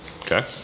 Okay